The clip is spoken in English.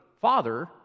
father